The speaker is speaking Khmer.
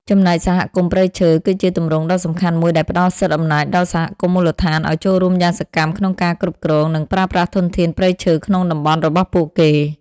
ចំណែកសហគមន៍ព្រៃឈើ គឺជាទម្រង់ដ៏សំខាន់មួយដែលផ្ដល់សិទ្ធិអំណាចដល់សហគមន៍មូលដ្ឋានឱ្យចូលរួមយ៉ាងសកម្មក្នុងការគ្រប់គ្រង និងប្រើប្រាស់ធនធានព្រៃឈើក្នុងតំបន់របស់ពួកគេ។